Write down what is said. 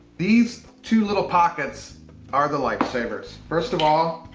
these two little pockets are the life savers. first of all,